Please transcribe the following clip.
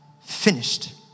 finished